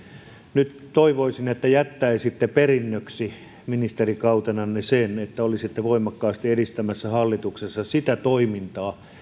nyt toivoisin että jättäisitte perinnöksi ministerikautenanne sen että olisitte voimakkaasti edistämässä hallituksessa sitä toimintaa